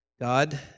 God